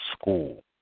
school